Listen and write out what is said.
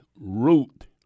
root